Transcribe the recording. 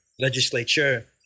legislature